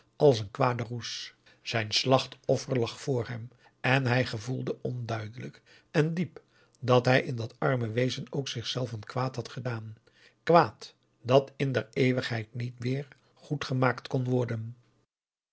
als een kwade roes zijn slachtoffer lag voor hem en hij gevoelde onduidelijk en diep dat hij in dat arme wezen ook zichzelven kwaad had gedaan kwaad dat in der eeuwigheid niet meer goedgemaakt kon worden